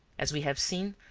as we have seen,